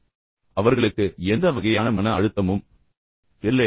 எனவே அவர்களுக்கு எந்த வகையான மன அழுத்தமும் இல்லை